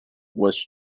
was